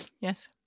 Yes